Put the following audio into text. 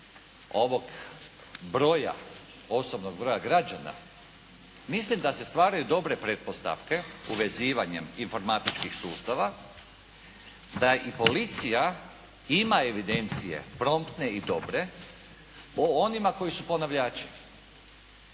ovog broja, osobnog broja građana mislim da se stvaraju dobre pretpostavke uvezivanjem informatičkih sustava, da i policija ima evidencije promptne i dobre o onima koji su ponavljači